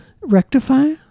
Rectify